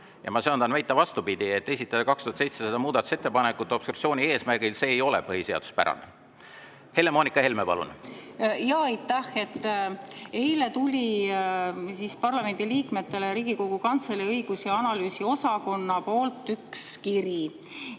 Ja ma söandan väita vastupidi: esitada 2700 muudatusettepanekut obstruktsiooni eesmärgil – see ei ole põhiseaduspärane. Helle-Moonika Helme, palun! Aitäh! Eile tuli parlamendi liikmetele Riigikogu Kantselei õigus- ja analüüsiosakonnalt üks kiri,